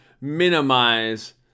minimize